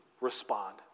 respond